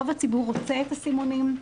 רוב הציבור רוצה את הסימונים.